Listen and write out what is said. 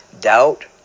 doubt